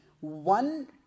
one